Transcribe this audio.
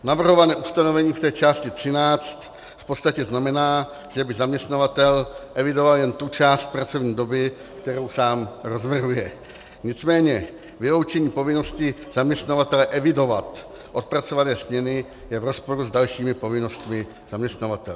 Navrhované ustanovení v té části 13. v podstatě znamená, že by zaměstnavatel evidoval jen tu část pracovní doby, kterou sám rozvrhuje, nicméně vyloučení povinnosti zaměstnavatele evidovat odpracované směny je v rozporu s dalšími povinnostmi zaměstnavatele.